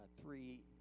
three